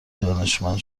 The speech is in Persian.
دانشمند